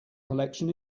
collection